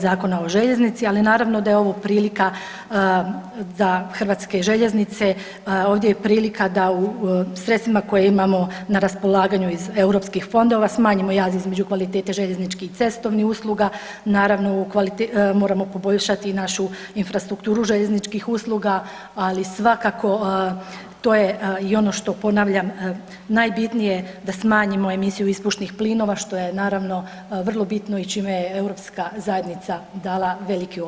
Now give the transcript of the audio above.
Zakona o željeznici, ali naravno da je ovo prilika da HŽ, ovdje je prilika da u sredstvima koje imamo na raspolaganju iz europskih fondova, smanjimo jaz između kvalitete željezničkih i cestovnih usluga, naravno moramo poboljšati i našu infrastrukturu željezničkih usluga, ali svakako to je i ono što ponavljam, najbitnije je da smanjimo emisiju ispušnih plinova što je naravno vrlo bitno i čime je europska zajednica dala veliki obol.